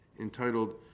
entitled